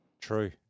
True